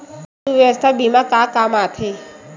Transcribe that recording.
सुवास्थ बीमा का काम आ थे?